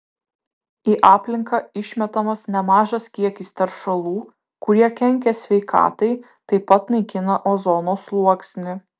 į aplinką išmetamas nemažas kiekis teršalų kurie kenkia sveikatai taip pat naikina ozono sluoksnį